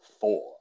Four